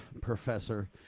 Professor